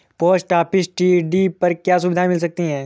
Post office TD पर क्या सुविधाएँ मिल सकती है?